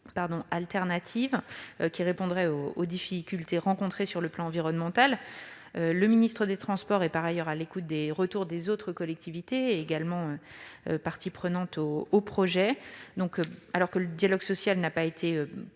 qui répondrait aux difficultés rencontrées sur le plan environnemental. Le ministre chargé des transports est par ailleurs à l'écoute des retours des autres collectivités également parties prenantes au projet. Alors que le dialogue social n'a pas été